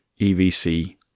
EVC